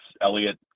Elliot